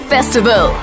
Festival